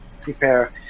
prepare